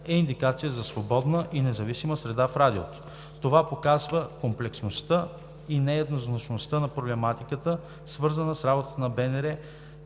е индикация за свободна и независима среда в Радиото. Това показва комплексността и нееднозначността на проблематиката, свързана с работата на БНР,